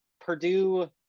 Purdue